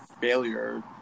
failure